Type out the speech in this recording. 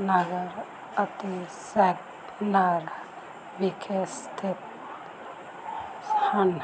ਨਗਰ ਅਤੇ ਸਗਨਰ ਵਿਖੇ ਸਥਿਤ ਹਨ